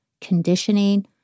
conditioning